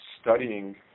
studying